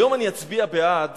היום אני אצביע בעד